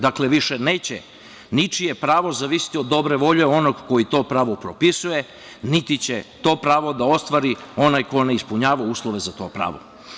Dakle, više neće ničije pravo zavisiti od dobre volje onog koji to pravo propisuje, niti će to pravo da ostvari onaj ko ne ispunjava uslove za to pravo.